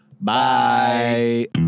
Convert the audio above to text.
Bye